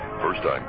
first-time